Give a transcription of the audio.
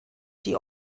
die